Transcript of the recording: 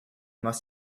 must